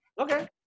Okay